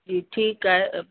जी ठीकु आहे